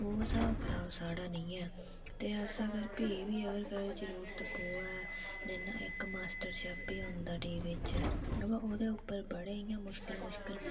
ओह् स्हाब किताब साढ़ा नेईं ऐ ते अस अगर फ्ही बी जरुरत पौग नेईं ते इक मास्टर शैफ बी होंदा टीवी च अबा ओहदे उपर इयां बड़े मुश्कल मुश्कल